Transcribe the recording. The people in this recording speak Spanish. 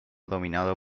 dominado